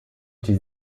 die